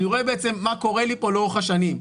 ואני רואה בעצם מה קורה לי פה לאורך השנים.